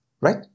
right